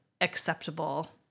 acceptable